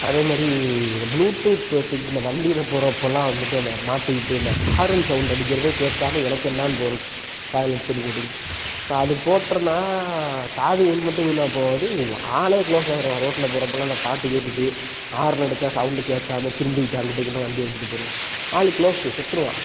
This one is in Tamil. அதே மாதிரி இந்த ப்ளூ டூத் வெச்சுக்கிட்டு இந்த வண்டியில் போகிறப்பல்லாம் வந்துட்டு அதை மாட்டிக்கிட்டு இந்த ஹாரன் சௌண்டு அடிக்கிறதே கேட்காம எனக்கென்னான்னு போகிறது காதில் ஹெட் செட்டு போட்டுக்கிட்டு ஸோ அது போட்டிருந்தா காது வீண் மட்டும் வீணாக போகாது ஆளே க்ளோஸ் ஆகிருவான் ரோட்டில் போகிறப்பலாம் அந்த பாட்டு கேட்டுக்கிட்டு ஹாரன் அடித்தா சௌண்டு கேட்காம திரும்பிக்கிட்டு அங்கிட்டும் இங்கிட்டும் வண்டி ஓட்டிகிட்டு போகிறது ஆள் க்ளோஸு செத்துடுவான்